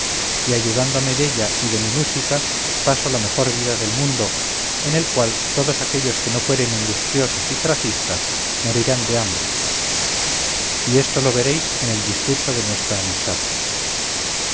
y ayudándome della y de mi música paso la mejor vida del mundo en el cual todos aquellos que no fueren industriosos y tracistas morirán de hambre y esto lo veréis en el discurso de nuestra amistad